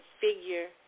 figure